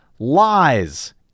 lies